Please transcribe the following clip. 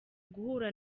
guhura